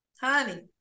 honey